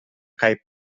kaj